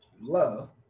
love